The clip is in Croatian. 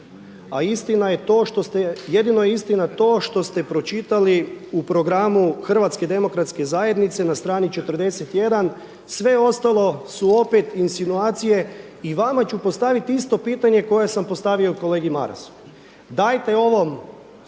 jedino je istina to što ste pročitali u programu Hrvatske demokratske zajednice na strani 41. sve ostalo su opet insinuacije. I vama ću postaviti isto pitanje koje sam postavio i kolegi Marasu. Dajte ovom